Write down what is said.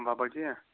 باہ بجے ہا